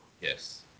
Yes